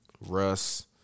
Russ